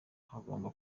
hagomba